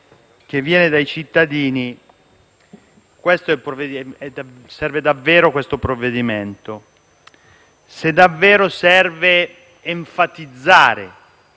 che viene dai cittadini, serva davvero questo disegno di legge, se davvero serva enfatizzare